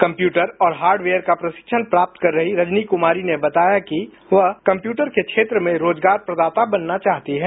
computer और hardware का प्रशिक्षण प्राप्त कर रही रजनी क्मारी ने बताया कि वह कंप्यूटर केे क्षेत्र में रोजगार प्रदाता बनना चाहती हैं